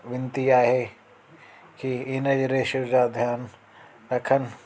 वेनिती आहे की हिन जे रेशो जा ध्यानु रखनि